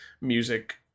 music